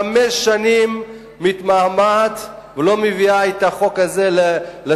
חמש שנים מתמהמהת ולא מביאה את החוק הזה לסופו.